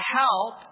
help